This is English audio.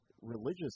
religious